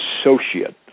associate